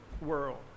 world